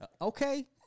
Okay